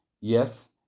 Yes